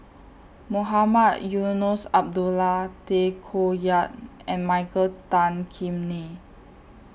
Mohamed Eunos Abdullah Tay Koh Yat and Michael Tan Kim Nei